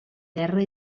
terra